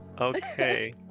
Okay